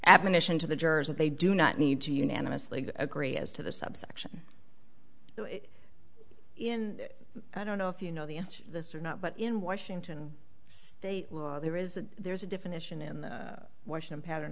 admonition to the jurors that they do not need to unanimously agree as to the subsection in i don't know if you know the answer to this or not but in washington state law there is a there's a definition in the washington pattern